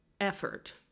effort